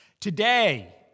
Today